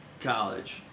college